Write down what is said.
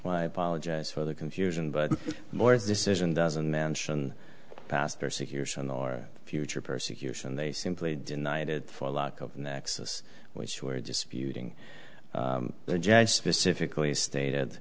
well i apologize for the confusion but more decision doesn't mention pastor secure son or future persecution they simply denied it for lack of an axis which were disputing there jack i specifically stated